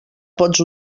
pots